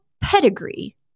pedigree